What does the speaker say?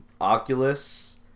Oculus